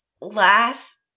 last